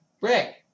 Rick